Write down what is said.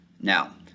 Now